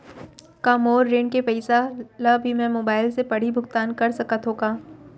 का मोर ऋण के पइसा ल भी मैं मोबाइल से पड़ही भुगतान कर सकत हो का?